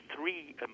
three